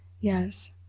Yes